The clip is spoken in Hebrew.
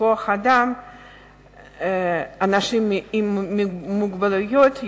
שכוח-האדם בהם הוא אנשים עם מוגבלות,